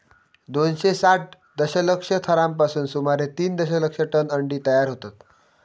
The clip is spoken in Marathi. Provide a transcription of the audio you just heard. दोनशे साठ दशलक्ष थरांपासून सुमारे तीन दशलक्ष टन अंडी तयार होतत